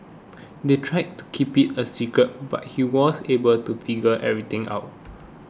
they tried to keep it a secret but he was able to figure everything out